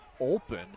open